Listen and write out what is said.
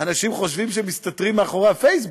אנשים חושבים שהם מסתתרים מאחורי הפייסבוק.